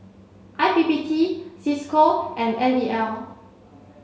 I P P T Cisco and N E L